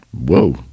Whoa